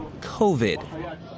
COVID